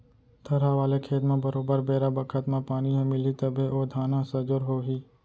थरहा वाले खेत म बरोबर बेरा बखत म पानी ह मिलही तभे ओ धान ह सजोर हो ही